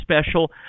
special